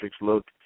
look